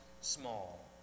small